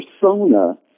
persona